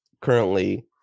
currently